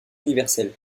universel